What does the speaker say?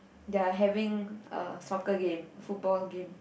they are having a soccer game football game